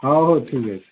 ହଉ ହଉ ଠିକ୍ ଅଛି